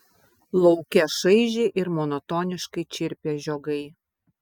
lauke šaižiai ir monotoniškai čirpė žiogai